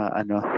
ano